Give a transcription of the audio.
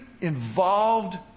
involved